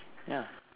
ya